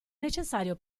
necessario